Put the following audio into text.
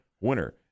winner